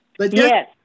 Yes